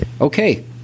Okay